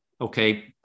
okay